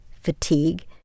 fatigue